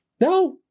No